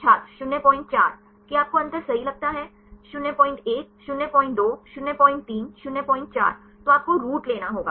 छात्र 04 कि आपको अंतर सही लगता है 01 02 03 04 तो आपको रूट लेना होगा